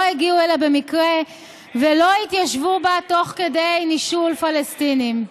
לא הגיעו אליה במקרה ולא התיישבו בה תוך כדי נישול פלסטינים.